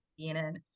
CNN